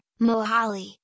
Mohali